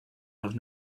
have